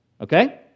Okay